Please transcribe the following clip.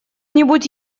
нибудь